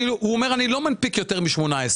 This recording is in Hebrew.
הוא אומר שהוא לא מנפיק יותר מ-18,